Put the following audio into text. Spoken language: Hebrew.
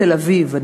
תל-אביב.